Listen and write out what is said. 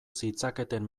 zitzaketen